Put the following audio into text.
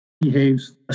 behaves